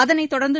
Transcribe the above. அதனைத் தொடர்ந்து